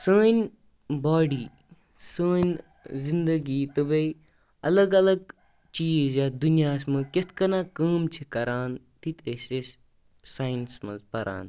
سٲنۍ باڈی سٲنۍ زنٛدگی تہٕ بیٚیہِ الگ الگ چیٖز یتھ دُنیاہس منٛز کِتھٕ کٔنۍ کٲم چھِ کران تِتہِ ٲسۍ أسۍ ساینس منٛز پران